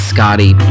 Scotty